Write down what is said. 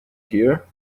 here